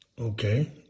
Okay